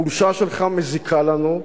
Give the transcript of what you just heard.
החולשה שלך מזיקה לנו,